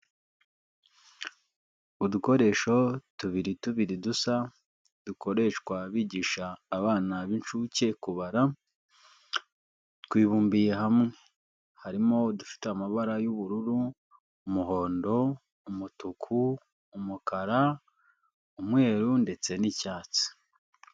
Udukoresho tubiri tubiri dusa dukoreshwa bigisha abana b'inshuke kubara twibumbiye hamwe, harimo dufite amabara y'ubururu, umuhondo, umutuku, umukara, umweru ndetse n'icyatsi.